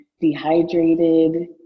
dehydrated